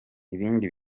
ibindi